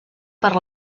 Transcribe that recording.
per